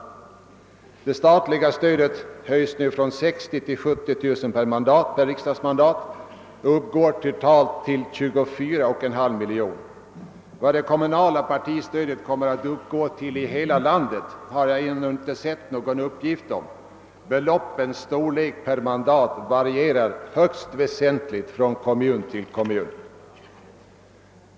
Det statliga stödet höjs nu från 60 000 till 70 000 kr. per mandat och uppgår totalt till 24,5 miljoner kr. Jag har ännu inte sett någon uppgift om vad det kommunala partistödet i hela landet kommer att uppgå till; beloppens storlek per mandat varierar högst väsentligt från kommun till kommun.